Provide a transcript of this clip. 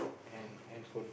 and handphone